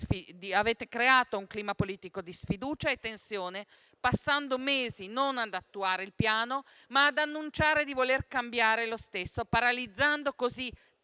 Avete creato un clima politico di sfiducia e tensione passando mesi non ad attuare il Piano, ma ad annunciare di volerlo cambiare, paralizzando così